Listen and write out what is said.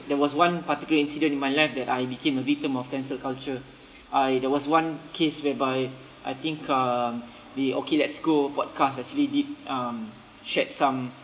there was one particular incident in my life that I became a victim of cancel culture I there was one case whereby I think um they okay let's go podcast actually did um shared some